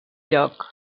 lloc